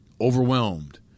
overwhelmed